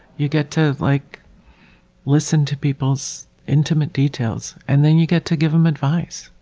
you get to like listen to people's intimate details and then you get to give them advice.